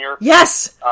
Yes